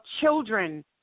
children